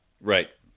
Right